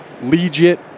Legit